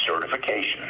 certification